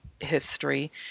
history